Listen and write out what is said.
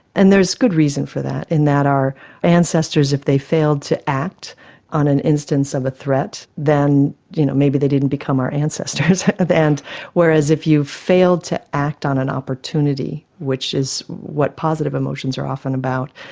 and there's good reason for that in that our ancestors, if they failed to act on an instance of a threat, then you know maybe they didn't become our ancestors. and whereas if you failed to act on an opportunity, which is what positive emotions are often about,